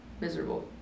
miserable